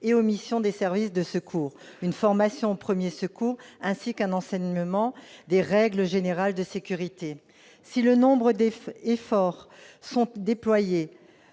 et aux missions des services de secours, une formation aux premiers secours ainsi qu'un enseignement des règles générales de sécurité. Si de nombreux efforts sont déployés,